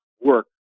work